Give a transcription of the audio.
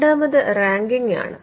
രണ്ടാമത് റാങ്കിങ്ങ് ആണ്